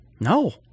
No